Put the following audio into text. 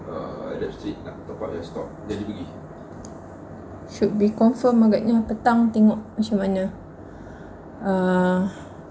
it should be confirmed agaknya petang tengok macam mana err